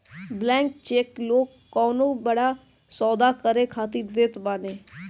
blank cheque लोग कवनो बड़ा सौदा करे खातिर देत बाने